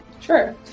Sure